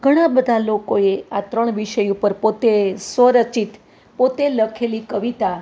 ઘણાં બધાં લોકોએ આ ત્રણ વિષય ઉપર પોતે સ્વરચિત પોતે લખેલી કવિતા